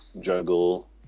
juggle